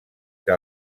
que